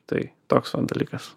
tai toks va dalykas